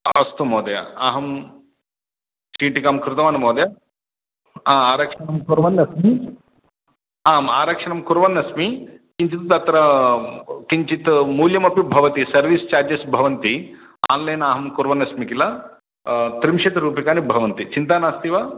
अस्तु महोदय अहं चीटिकां कृतवान् महोदय अ आरक्षणं कुर्वन्नस्मि आम् आरक्षणं कुर्वन् अस्मि किञ्चित् तत्र किञ्चित् मूल्यमपि भवति सर्विस् चार्जेस् भवन्ति आन्लैन् अहं कुर्वन्नस्मि किल त्रिंशत् रूप्यकाणि भवन्ति चिन्ता नास्ति वा